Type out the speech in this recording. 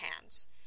hands